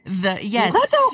Yes